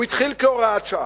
הוא התחיל כהוראת שעה.